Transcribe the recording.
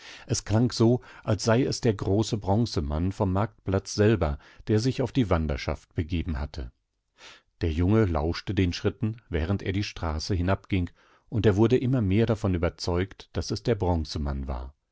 esgingeinerhinterihmundstampftemitschwerenschrittenund stießmiteinemeisenbeschlagenenstockhartaufdaspflaster esklangso als sei es der große bronzemann vom marktplatz selber der sich auf die wanderschaftbegebenhatte der junge lauschte den schritten während er die straße hinabging und er wurde immer mehr davon überzeugt daß es der bronzemann war